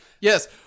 Yes